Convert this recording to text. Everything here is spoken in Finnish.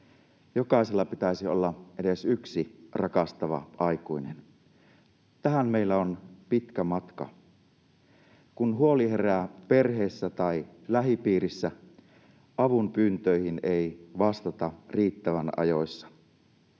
Jokaisella pitäisi olla edes yksi rakastava aikuinen. Tähän meillä on pitkä matka. Kun huoli herää perheessä tai lähipiirissä, avunpyyntöihin ei vastata riittävän ajoissa.